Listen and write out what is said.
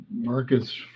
Marcus